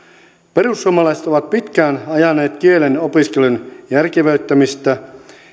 perussuomalaiset ovat pitkään ajaneet kielen opiskelun järkevöittämistä